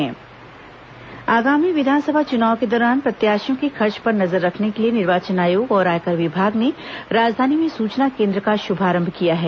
निर्वाचन आयकर विभाग आगामी विधानसभा चुनाव के दौरान प्रत्याशियों के खर्च पर नजर रखने के लिए निर्वाचन आयोग और आयकर विभाग ने राजधानी रायपुर में सुचना केंद्र का शुभारंभ किया है